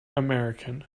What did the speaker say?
american